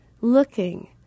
looking